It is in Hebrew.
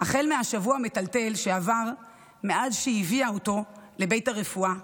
החל מהשבוע המטלטל שעבר מעת הביאה אותו לבית הרפואה,